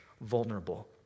vulnerable